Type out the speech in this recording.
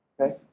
Okay